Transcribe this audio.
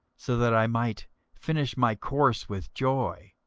so that i might finish my course with joy,